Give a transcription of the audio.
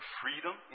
freedom